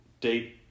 Date